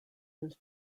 his